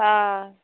हँ